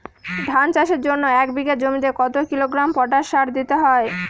ধান চাষের জন্য এক বিঘা জমিতে কতো কিলোগ্রাম পটাশ সার দিতে হয়?